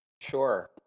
Sure